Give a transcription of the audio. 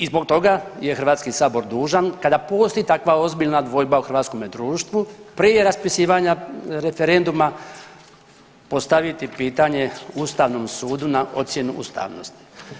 I zbog toga je Hrvatski sabor dužan kada postoji takva ozbiljna dvojba u hrvatskom društvu prije raspisivanja referenduma postaviti pitanje Ustavnom sudu na ocjenu ustavnosti.